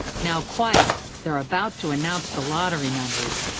now quiet, they're about to announce the lottery numbers!